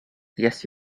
guess